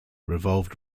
revolved